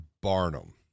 Barnum